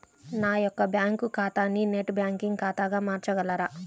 నా యొక్క బ్యాంకు ఖాతాని నెట్ బ్యాంకింగ్ ఖాతాగా మార్చగలరా?